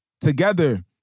together